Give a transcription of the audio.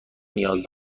نیاز